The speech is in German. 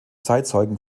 zeitzeugen